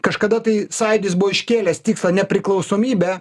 kažkada tai sąjūdis buvo iškėlęs tikslą nepriklausomybę